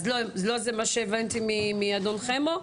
אז לא זה מה שהבנתי מאדון חמו.